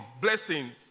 blessings